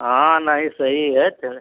हाँ नहीं सही है चलें